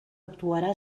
actuarà